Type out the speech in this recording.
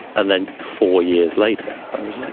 and then four years later i was like